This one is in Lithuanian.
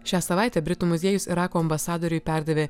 šią savaitę britų muziejus irako ambasadoriui perdavė